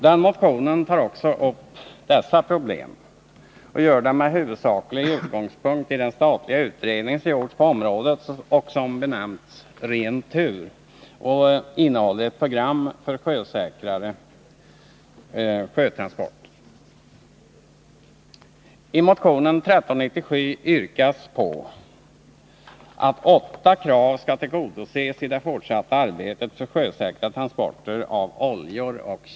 Den motionen tar också upp dessa problem och gör det med huvudsaklig 49 utgångspunkt i den statliga utredning som gjorts på området — benämnd Ren tur — och som innehåller ett program för miljösäkra sjötransporter.